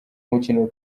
mukino